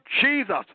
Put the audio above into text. Jesus